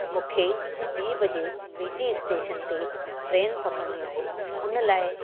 मूंखे ॿीं बजे वी टी स्टेशन ते ट्रेन पकिड़णी आहे उन लाइ